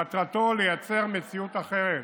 מטרתו לייצר מציאות אחרת,